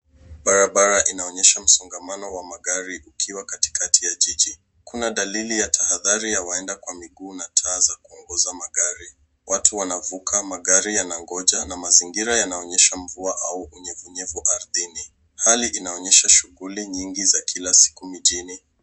Barabara inaonyesha msongamano wa magari ikiwa katikati ya jiji. Kuna dalili ya tahadhari ya waenda kwa miguu na taa za kuongoza magari, watu wanavuka, magari yanagonja na mazingira yanaonyesha mvua au unyevunyevu ardhini. Hali inaonyesha shughuli nyingi za kila siku mjini.